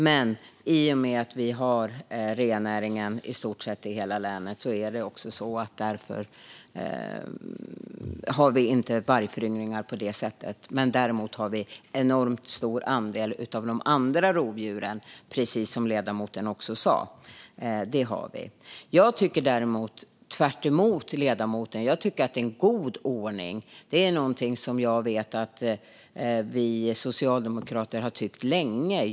Men i och med att vi har rennäring i så gott som hela länet har vi inte vargföryngringar på det sättet. Däremot har vi enormt stor andel av de andra rovdjuren, precis som ledamoten också sa. Däremot tycker jag tvärtemot ledamoten att regionaliseringen är en god ordning, och det vet jag att vi socialdemokrater har tyckt länge.